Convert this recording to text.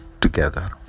together